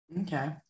Okay